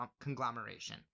conglomeration